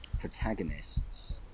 protagonists